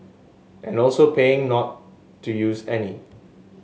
and also paying not to use any